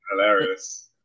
hilarious